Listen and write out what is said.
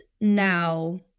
now